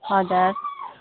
हजुर